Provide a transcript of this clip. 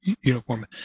uniform